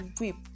weep